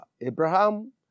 Abraham